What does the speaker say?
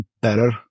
better